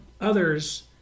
Others